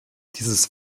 dieses